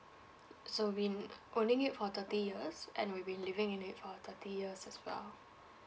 so we n~ owning it for thirty years and we've been living in it for thirty years as well